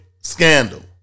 scandal